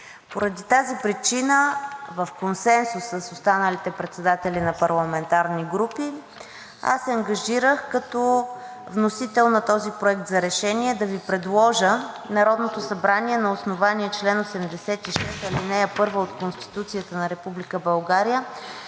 Поради тази причина в консенсус с останалите председатели на парламентарни групи аз се ангажирах като вносител на този проект за решение да Ви предложа: „Проект! РЕШЕНИЕ Народното събрание на основание чл. 86, ал. 1 от Конституцията на